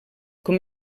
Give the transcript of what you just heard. com